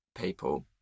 people